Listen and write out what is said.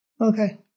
Okay